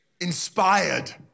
Inspired